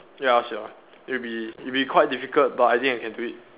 ya sia it'll be it'll be quite difficult but I think I can do it